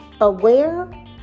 aware